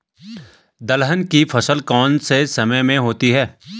दलहन की फसल कौन से समय में होती है?